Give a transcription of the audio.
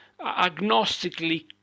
agnostically